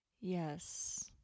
Yes